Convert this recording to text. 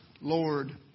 Lord